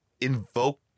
invoke